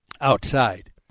Outside